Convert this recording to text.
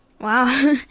Wow